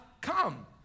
come